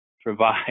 provide